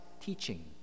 teaching